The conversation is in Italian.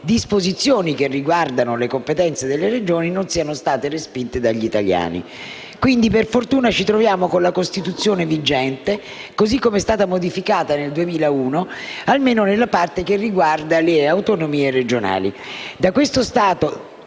disposizioni che riguardano le competenze delle Regioni non siano state respinte dagli italiani. Quindi, per fortuna, ci troviamo con la Costituzione vigente così come è stata modificata nel 2001, almeno nella parte che riguarda le autonomie regionali.